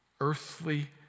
earthly